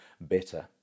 better